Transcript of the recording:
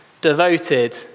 devoted